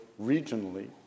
regionally